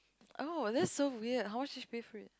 oh that's so weird how much did she pay for it